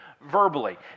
verbally